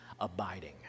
abiding